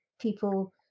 people